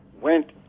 went